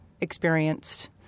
experienced